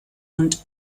und